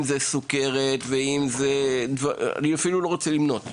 אם זה סוכרת ואם זה מחלות אחרות שאני אפילו לא רוצה למנות.